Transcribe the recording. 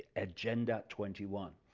agenda twenty one.